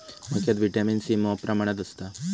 मक्यात vitamin C मॉप प्रमाणात असता